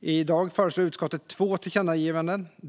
I dag föreslår utskottet två tillkännagivanden.